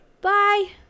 Bye